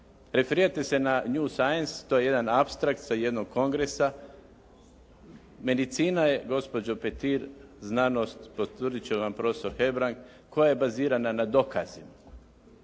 Referirate se na «new science», to je jedan apstrakt sa jednog kongresa. Medicina je gospođo Petir znanost, potvrdit će vam profesor Hebrang koja je bazirana na dokazima.